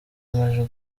amajwi